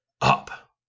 up